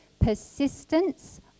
Persistence